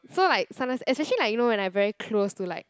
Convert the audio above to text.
so like sometimes especially like you know when I very close to like